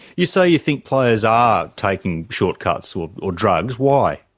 you say you think players are taking short cuts or or drugs. why?